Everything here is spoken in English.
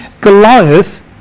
Goliath